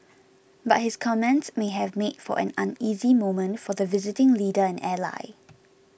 but his comments may have made for an uneasy moment for the visiting leader and ally